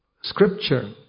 scripture